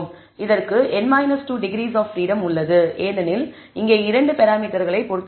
இதற்கு n 2 degrees of freedom உள்ளது ஏனெனில் இங்கே 2 பராமீட்டர்களை பொருத்துகிறீர்கள்